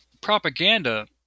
propaganda